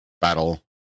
battle